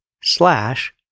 slash